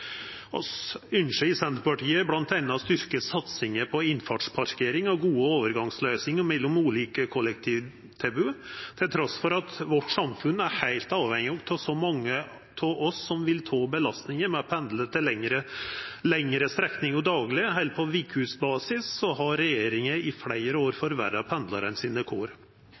I Senterpartiet ønskjer vi bl.a. å styrkja satsinga på innfartsparkering og gode overgangsløysingar mellom ulike kollektivtilbod. Trass i at samfunnet vårt er heilt avhengig av at mange av oss vil ta belastinga med å pendla lengre strekningar dagleg eller på vekebasis, har regjeringa i fleire år forverra pendlarane sine kår.